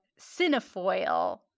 cinefoil